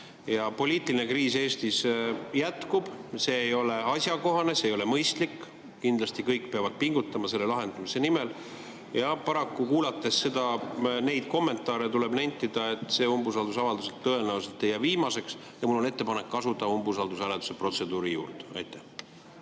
ja poliitiline kriis Eestis jätkub. See ei ole asjakohane, see ei ole mõistlik. Kindlasti peavad kõik pingutama selle lahendamise nimel. Paraku tuleb neid kommentaare kuulates nentida, et see umbusaldusavaldus tõenäoliselt ei jää viimaseks. Mul on ettepanek asuda umbusaldushääletuse protseduuri juurde.